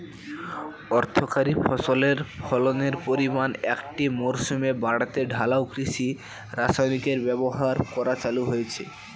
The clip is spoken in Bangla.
অর্থকরী ফসলের ফলনের পরিমান একটি মরসুমে বাড়াতে ঢালাও কৃষি রাসায়নিকের ব্যবহার করা চালু হয়েছে